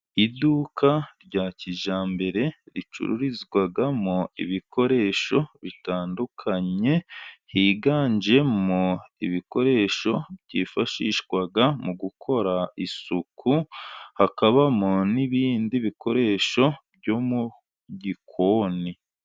Iduka rya kijyambere ricururizwamo ibikoresho bitandukanye higanjemo ibikoresho byifashishwaga mu gukora isuku, hakabamo n'ibindi bikoresho byo mu gikoni.